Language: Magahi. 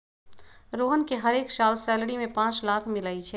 रोहन के हरेक साल सैलरी में पाच लाख मिलई छई